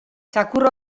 txakur